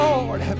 Lord